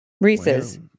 Reese's